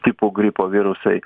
tipo gripo virusai